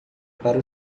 para